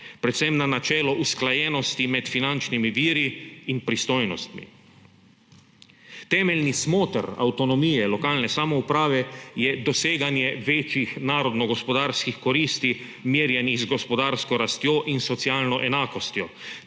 predvsem na načelo usklajenosti med finančnimi viri in pristojnostmi. Temeljni smoter avtonomije lokalne samouprave je doseganje večjih narodnogospodarskih koristi, merjenih z gospodarsko rastjo in socialno enakostjo